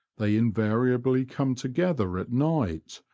they invariably come together at night,